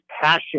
passion